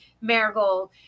Marigold